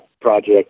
project